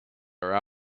are